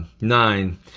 nine